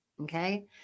Okay